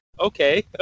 Okay